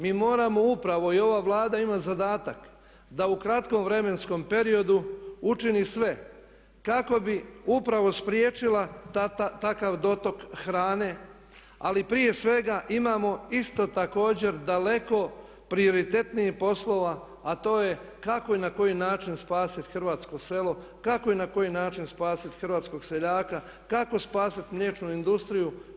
Mi moramo upravo i ova Vlada ima zadatak da u kratkom vremenskom periodu učini sve kako bi upravo spriječila takav dotok hrane, ali prije svega imamo isto također daleko prioritetnijih poslova, a to je kako i na koji način spasiti hrvatsko selo, kako i na koji način spasit hrvatskog seljaka, kako spasit mliječnu industriju.